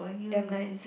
damn nice